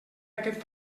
aquest